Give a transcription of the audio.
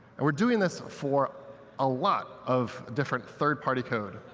and we're doing this for a lot of different third party code.